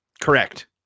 correct